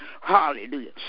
Hallelujah